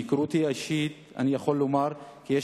מהיכרותי האישית אני יכול לומר כי יש